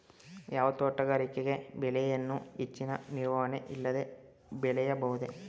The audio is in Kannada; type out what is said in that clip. ಯಾವ ತೋಟಗಾರಿಕೆ ಬೆಳೆಯನ್ನು ಹೆಚ್ಚಿನ ನಿರ್ವಹಣೆ ಇಲ್ಲದೆ ಬೆಳೆಯಬಹುದು?